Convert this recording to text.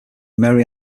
marie